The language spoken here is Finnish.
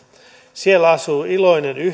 siellä asuu iloinen